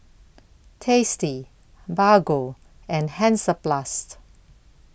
tasty Bargo and Hansaplast